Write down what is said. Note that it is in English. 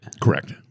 Correct